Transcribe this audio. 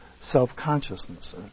self-consciousness